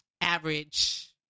average